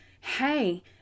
hey